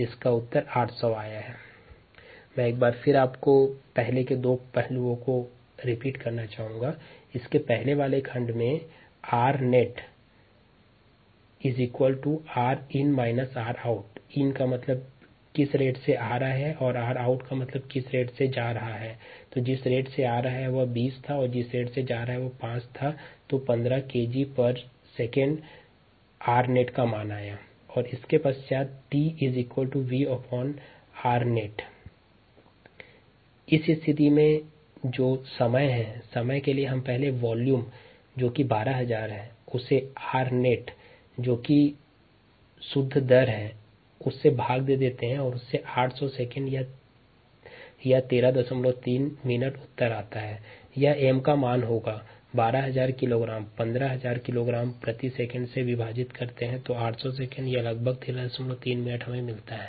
t V rnet 1200015 800 s or 133 min मात्रा 12000 किग्रा को शुद्ध दर 15 किलोग्राम प्रति सेकंड से भाग करते है तो समय 800 सेकंड या लगभग 133 मिनट हमें मिलता है